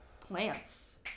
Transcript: plants